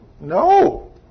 No